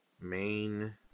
Main